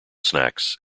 snacks